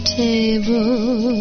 table